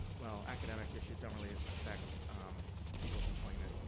well, academic issues don't really affect people's employment.